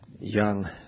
young